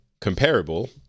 comparable